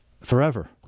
forever